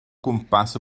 gwmpas